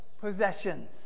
possessions